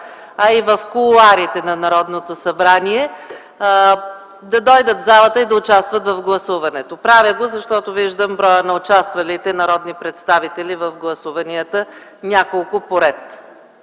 са в кулоарите на Народното събрание, да дойдат в залата и да участват в гласуването. Правя го, защото виждам броя на участвалите народни представители в няколкото по ред